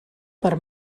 per